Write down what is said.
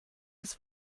des